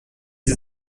sie